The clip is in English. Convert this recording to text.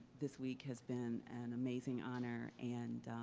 this week has been an amazing honor. and